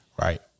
Right